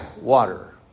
water